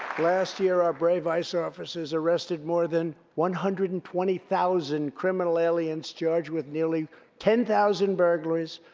last year, our brave ice officers arrested more than one hundred and twenty thousand criminal aliens charged with nearly ten thousand burglaries,